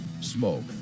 smoke